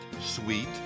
sweet